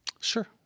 sure